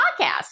podcast